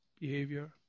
behavior